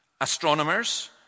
astronomers